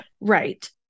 right